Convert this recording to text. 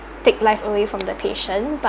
take life away from the patient